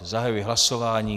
Zahajuji hlasování.